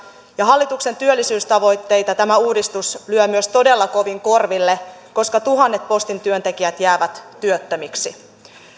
ja hallituksen työllisyystavoitteita tämä uudistus lyö myös todella kovin korville koska tuhannet postin työntekijät jäävät työttömiksi kun